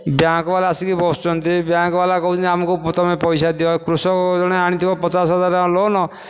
ବ୍ୟାଙ୍କ୍ବାଲା ଆସିକି ବସୁଛନ୍ତି ବ୍ୟାଙ୍କ୍ବାଲା କହୁଛନ୍ତି ଆମକୁ ତୁମେ ପଇସା ଦିଅ କୃଷକ ଜଣେ ଆଣିଥିବ ପଚାଶ ହଜାର ଟଙ୍କା ଲୋନ୍